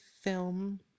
film